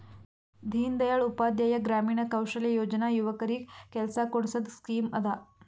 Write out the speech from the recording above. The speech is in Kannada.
ದೀನ್ ದಯಾಳ್ ಉಪಾಧ್ಯಾಯ ಗ್ರಾಮೀಣ ಕೌಶಲ್ಯ ಯೋಜನಾ ಯುವಕರಿಗ್ ಕೆಲ್ಸಾ ಕೊಡ್ಸದ್ ಸ್ಕೀಮ್ ಅದಾ